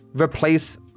replace